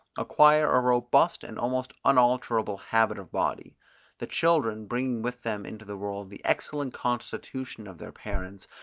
acquire a robust and almost unalterable habit of body the children, bringing with them into the world the excellent constitution of their parents,